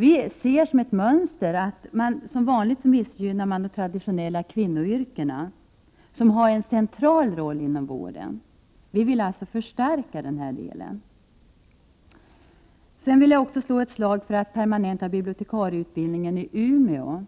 Vi ser som ett mönster att man som vanligt missgynnar de traditionella kvinnoyrkena, som har en central roll inom vården. Vi vill förstärka den här delen. Sedan vill jag slå ett slag för att permanenta bibliotekarieutbildningen i Umeå